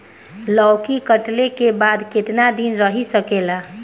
लौकी कटले के बाद केतना दिन रही सकेला?